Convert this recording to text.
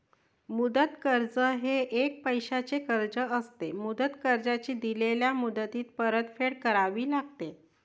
मुदत कर्ज हे एक पैशाचे कर्ज असते, मुदत कर्जाची दिलेल्या मुदतीत परतफेड करावी लागते